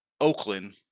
Oakland